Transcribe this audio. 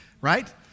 right